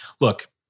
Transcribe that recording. look